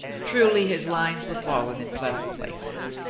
truly his lines were fallen in pleasant places.